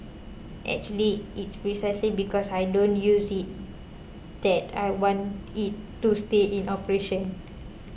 actually it's precisely because I don't use it that I want it to stay in operation